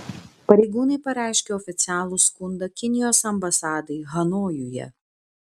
pareigūnai pareiškė oficialų skundą kinijos ambasadai hanojuje